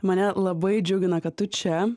mane labai džiugina kad tu čia